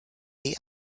the